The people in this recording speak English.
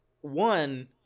one